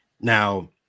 Now